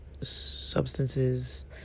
substances